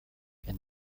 and